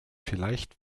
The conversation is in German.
vielleicht